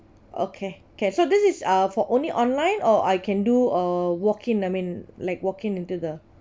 okay can so this is uh for only online or I can do uh walk in I mean like walk in into the